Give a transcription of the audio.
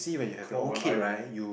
come out one eye only